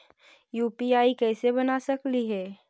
UPI कैसे बना सकली हे?